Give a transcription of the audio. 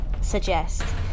suggest